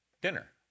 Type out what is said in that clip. dinner